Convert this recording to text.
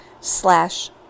slash